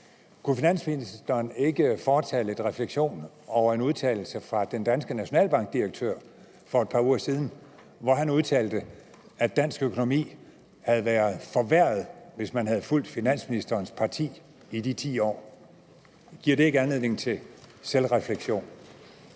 Kunne finansministeren ikke foretage lidt refleksion over en udtalelse fra den danske nationalbankdirektør for få uger siden, som lød, at dansk økonomi ville have været forværret, hvis man havde fulgt finansministerens parti i de 10 år? Giver det ikke anledning til selvrefleksion?